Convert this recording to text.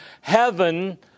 heaven